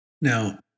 Now